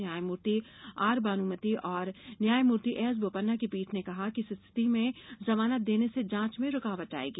न्यायमूर्ति आर बानूमति और न्यायमूर्ति एएस बोपन्ना की पीठ ने कहा कि इस स्थिति में जमानत देने से जांच में रूकावट आएगी